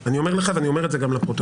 אני אומר לך ואני אומר את זה גם לפרוטוקול.